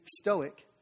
stoic